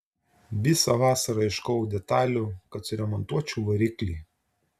visą vasarą ieškojau detalių kad suremontuočiau variklį